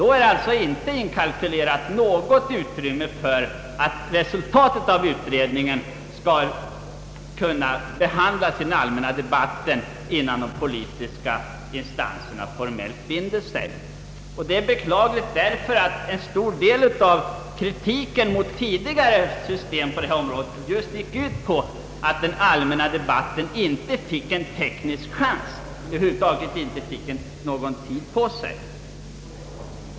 Då är det inte inkalkylerat något utrymme för att resultatet av utredningen skall kunna behandlas i den allmänna debatten innan de politiska instanserna formellt binder sig. Det är beklagligt därför att en stor del av kritiken mot tidigare system på detta område just gick ut på att man i den allmänna debatten inte fick en teknisk möjlighet att diskutera igenom materialet, helt enkelt inte fick erforderlig tid på sig.